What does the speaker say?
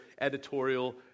editorial